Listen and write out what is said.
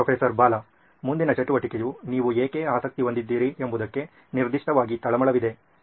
professor Bala ಮುಂದಿನ ಚಟುವಟಿಕೆಯು ನೀವು ಏಕೆ ಆಸಕ್ತಿ ಹೊಂದಿದ್ದೀರಿ ಎಂಬುದಕ್ಕೆ ನಿರ್ದಿಷ್ಟವಾಗಿ ತಳಮಳವಿದೆ